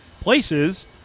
places